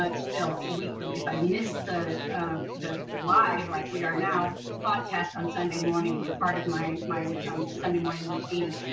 but still weekly if i miss ah the live like we are now. podcast on sunday morning, part of my my sunday morning routine.